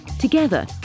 Together